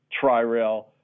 tri-rail